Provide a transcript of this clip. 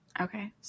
Okay